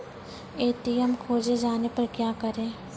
ATM खोजे जाने पर क्या करें?